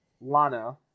Lana